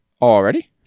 Already